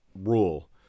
rule